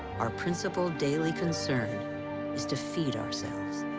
our principal daily concern is to feed ourselves.